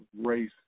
race